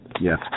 yes